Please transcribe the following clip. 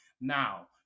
Now